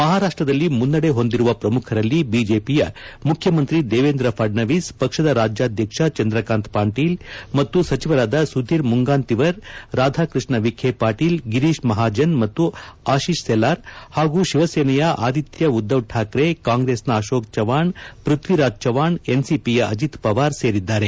ಮಹಾರಾಷ್ಟ್ರದಲ್ಲಿ ಮುನ್ನಡೆ ಹೊಂದಿರುವ ಪ್ರಮುಖರಲ್ಲಿ ಬಿಜೆಪಿಯ ಮುಖ್ಯಮಂತ್ರಿ ದೇವೇಂದ್ರ ಫಡ್ನವೀಸ್ ಪಕ್ಷದ ರಾಜ್ಯಾಧ್ಯಕ್ಷ ಚಂದ್ರಕಾಂತ್ ಪಾಟೀಲ್ ಮತ್ತು ಸಚಿವರಾದ ಸುಧೀರ್ ಮುಂಗಾಂತಿವರ್ ರಾಧಾಕೃಷ್ಣ ವಿಖೆ ಪಾಟೀಲ್ ಗಿರೀಶ್ ಮಹಾಜನ್ ಮತ್ತು ಆಶಿಷ್ ಶೆಲಾರ್ ಹಾಗೂ ಶಿವಸೇನೆಯ ಆದಿತ್ಯ ಉದ್ದವ್ ಠಾಕ್ರೆ ಕಾಂಗ್ರೆಸ್ನ ಅಶೋಕ್ ಚೌವ್ವಾಣ್ ಪೃಥ್ವಿರಾಜ್ ಚೌವ್ವಾಣ್ ಎನ್ಸಿಪಿಯ ಅಜಿತ್ ಪವಾರ್ ಸೇರಿದ್ದಾರೆ